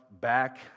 back